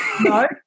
no